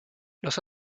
los